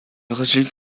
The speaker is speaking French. résulte